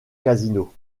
casino